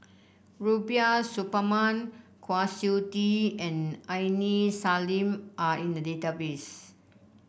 Rubiah Suparman Kwa Siew Tee and Aini Salim are in the database